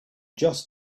just